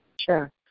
Sure